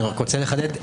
אני רוצה לחדד.